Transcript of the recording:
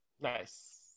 nice